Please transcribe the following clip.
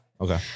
Okay